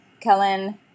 kellen